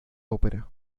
ópera